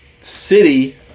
city